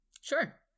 sure